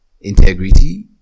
integrity